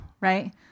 right